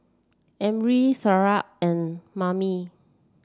Amrin Syirah and Mommy